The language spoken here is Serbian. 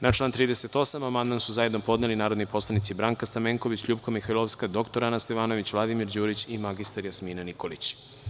Na član 38. amandman su zajedno podneli narodni poslanici Branka Stamenković, LJupka Mihajlovska, dr Ana Stevanović, Vladimir Đurić i mr Jasmina Nikolić.